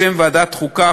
בשם ועדת החוקה,